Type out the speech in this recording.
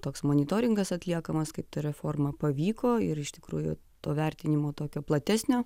toks monitoringas atliekamas kaip ta reforma pavyko ir iš tikrųjų to vertinimo tokio platesnio